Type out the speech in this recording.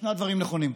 שני הדברים נכונים.